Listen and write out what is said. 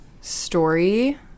story